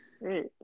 Right